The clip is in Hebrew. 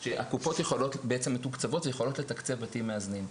שהקופות בעצם מתוקצבות ויכולות לתקצב בתים מאזנים.